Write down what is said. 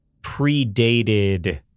predated